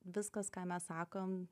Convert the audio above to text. viskas ką mes sakom